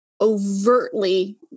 overtly